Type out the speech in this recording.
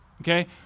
okay